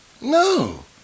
No